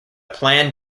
plan